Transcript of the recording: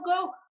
go